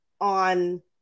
on